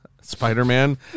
Spider-Man